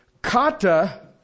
Kata